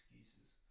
excuses